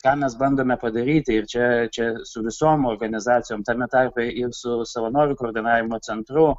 ką mes bandome padaryti ir čia čia su visom organizacijom tame tarpe ir su savanorių koordinavimo centru